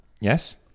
yes